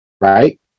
right